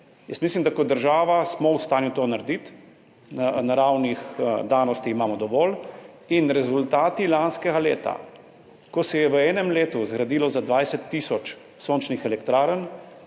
Mislim, da kot država smo v stanju to narediti, naravnih danosti imamo dovolj in rezultati lanskega leta, ko se je v enem letu zgradilo za 20 tisoč sončnih elektrarn,